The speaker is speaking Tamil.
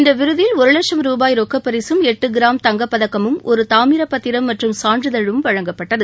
இந்த விருதில் ஒரு லட்சம் ரூபாய் ரொக்கப்பரிசும் எட்டு கிராம் தங்கப்பதக்கமும் ஒரு தாமிரப்பத்திரம் மற்றும் சான்றிதழும் வழங்கப்பட்டது